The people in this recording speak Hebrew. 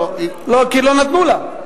לא, לא, כי לא נתנו לה.